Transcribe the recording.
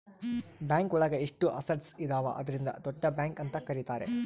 bank ಒಳಗ ಎಷ್ಟು assets ಇದಾವ ಅದ್ರಿಂದ ದೊಡ್ಡ ಬ್ಯಾಂಕ್ ಅಂತ ಕರೀತಾರೆ